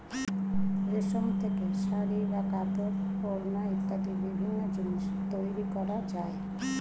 রেশম থেকে শাড়ী বা কাপড়, ওড়না ইত্যাদি বিভিন্ন জিনিস তৈরি করা যায়